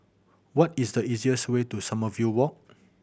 what is the easiest way to Sommerville Walk